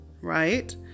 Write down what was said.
right